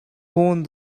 phone